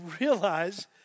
realize